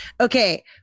Okay